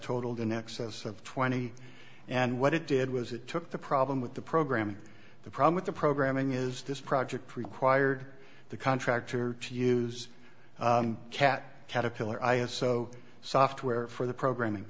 totaled in excess of twenty and what it did was it took the problem with the program the problem with the programming is this project required the contractor to use cat caterpillar i s o software for the programming